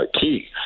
key